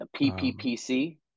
PPPC